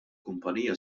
kumpanija